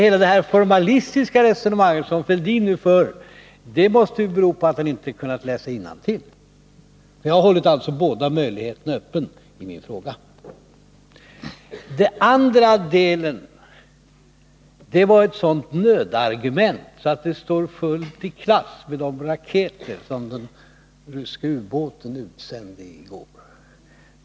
Hela det formalistiska resonemang som Thorbjörn Fälldin för måste bero på att han inte har kunnat läsa innantill. Vad Thorbjörn Fälldin sade i den andra delen av sitt anförande var ett sådant nödargument att det står fullt i klass med de raketer som den ryska ubåten uppsände i går.